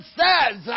says